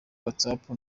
whatsapp